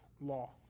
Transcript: law